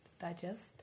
digest